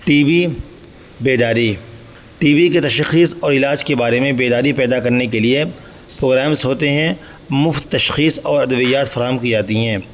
T B بیداری T B کے تشخیص اور علاج کے بارے میں بیداری پیدا کرنے کے لیے پروگرامس ہوتے ہیں مفت تشخیص اور ادویات فراہم کی جاتی ہیں